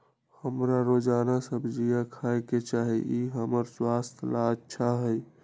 हमरा रोजाना सब्जिया खाय के चाहिए ई हमर स्वास्थ्य ला अच्छा हई